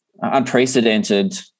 unprecedented